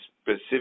specific